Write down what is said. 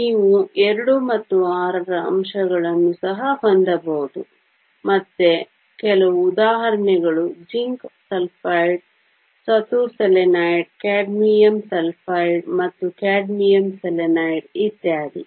ನೀವು 2 ಮತ್ತು 6 ರ ಅಂಶಗಳನ್ನು ಸಹ ಹೊಂದಬಹುದು ಮತ್ತೆ ಕೆಲವು ಉದಾಹರಣೆಗಳು ಜಿಂಕ್ ಸಲ್ಫೈಡ್ ಸತು ಸೆಲೆನೈಡ್ ಕ್ಯಾಡ್ಮಿಯಮ್ ಸಲ್ಫೈಡ್ ಮತ್ತು ಕ್ಯಾಡ್ಮಿಯಮ್ ಸೆಲೆನೈಡ್ ಇತ್ಯಾದಿ